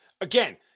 Again